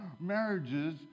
marriages